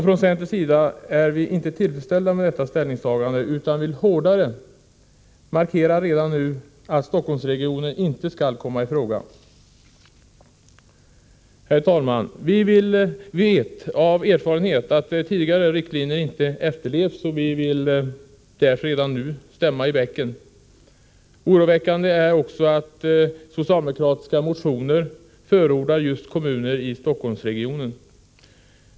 Från centerns sida är vi inte tillfredsställda med detta ställningstagande, utan vill hårdare markera redan nu att Stockholmsregionen inte skall komma i fråga. Herr talman! Vi vet av erfarenhet att tidigare riktlinjer inte efterlevts, och vi vill därför stämma i bäcken redan nu. Oroväckande är också att socialdemokratiska motioner förordar just kommuner i Stockholmsregionen.